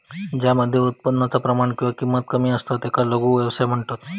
ज्या मध्ये उत्पादनाचा प्रमाण किंवा किंमत कमी असता त्याका लघु व्यवसाय म्हणतत